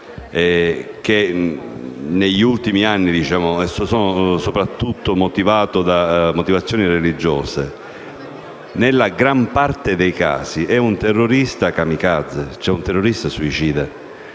che negli ultimi anni è soprattutto guidato da motivazioni religiose, nella gran parte dei casi è un terrorista *kamikaze*, un terrorista suicida.